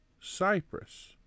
cyprus